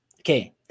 Okay